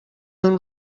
اون